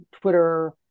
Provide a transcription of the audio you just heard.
Twitter